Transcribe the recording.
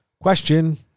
Question